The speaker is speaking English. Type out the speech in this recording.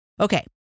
Okay